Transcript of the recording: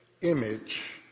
image